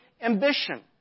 ambition